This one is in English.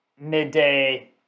midday